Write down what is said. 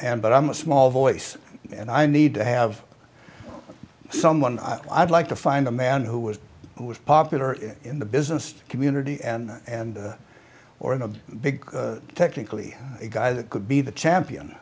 and but i'm a small voice and i need to have someone i'd like to find a man who was who was popular in the business community and and or in a big technically it guy that could be the champion